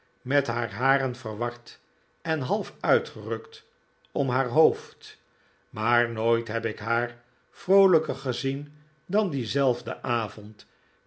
met haar haren verward en half uitgerukt om haar hoofd maar nooit heb ik haar vroolijker gezien dan dienzelfden avond